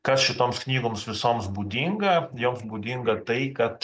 kas šitoms knygoms visoms būdinga joms būdinga tai kad